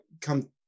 come